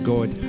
God